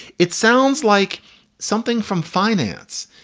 it sounds like something from finance.